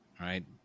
right